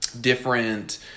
different